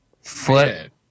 foot